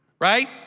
right